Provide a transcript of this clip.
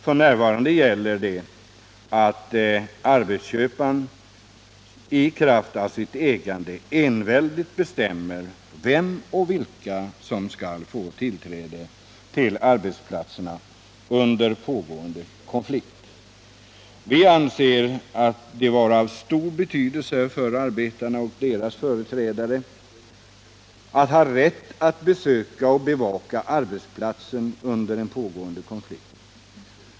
F. n. gäller att det är arbetsköparna som i kraft av sitt ägande enväldigt bestämmer vem eller vilka som skall få tillträde till arbetsplatserna under pågående konflikt. Vi anser det vara av stor betydelse för arbetarna och deras företrädare att ha rätt att besöka och bevaka arbetsplatsen under en pågående konflikt.